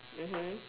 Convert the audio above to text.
mmhmm